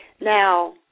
Now